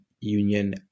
Union